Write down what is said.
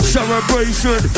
Celebration